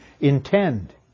Intend